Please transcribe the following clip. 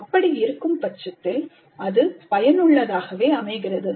அப்படி இருக்கும் பட்சத்தில் அது பயனுள்ளதாகவே அமைகிறது